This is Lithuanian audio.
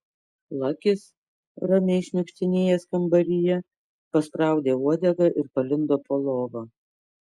lakis ramiai šniukštinėjęs kambaryje paspraudė uodegą ir palindo po lova